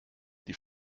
die